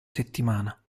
settimana